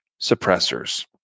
suppressors